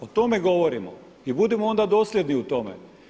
O tome govorimo i budimo onda dosljedni u tome.